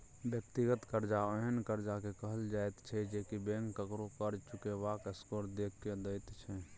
व्यक्तिगत कर्जा ओहेन कर्जा के कहल जाइत छै जे की बैंक ककरो कर्ज चुकेबाक स्कोर देख के दैत छै